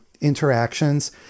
interactions